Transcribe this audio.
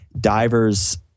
divers